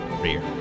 rear